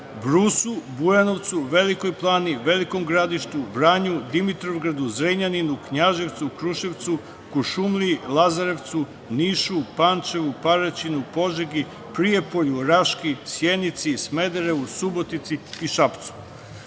Brusu, Bujanovcu, Velikoj Plani, Velikom Gradištu, Vranju, Dimitrovgradu, Zrenjaninu, Knjaževcu, Kruševcu, Kuršumliji, Lazarevcu, Nišu, Pančevu, Paraćinu, Požegi, Prijepolju, Raški, Sijenici, Smederevu, Subotici i Šapcu. Visoki